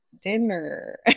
dinner